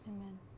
Amen